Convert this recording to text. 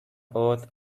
earth